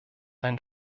ein